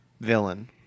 villain